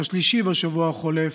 השלישי בשבוע החולף,